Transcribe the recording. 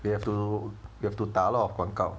you have to you have to 打 a lot of 广告